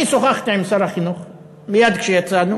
אני שוחחתי עם שר החינוך מייד כשיצאנו,